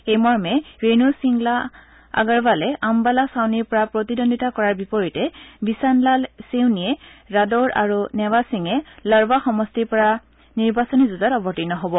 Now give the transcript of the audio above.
এই মৰ্মে ৰেণু সিংলা আৰগৱালে আম্বালা ছাউনিৰ পৰা প্ৰতিদ্বন্দ্বিতা কৰাৰ বিপৰীতে বিচানলাল চেইনীয়ে ৰাডৌৰ আৰু নেৱা সিঙে লড়ৱা সমষ্টিৰ পাৰ নিৰ্বাচনী যুজত অৱতীৰ্ণ হ'ব